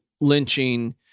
lynching